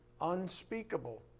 unspeakable